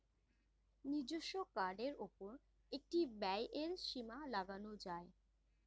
নিজস্ব কার্ডের উপর একটি ব্যয়ের সীমা লাগানো যায়